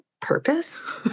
purpose